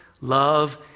Love